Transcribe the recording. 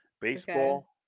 Baseball